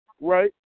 right